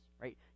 right